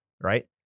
right